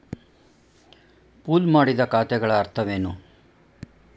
Pool ಮಾಡಿದ ಖಾತೆಗಳ ಅರ್ಥವೇನು?